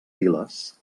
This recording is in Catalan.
viles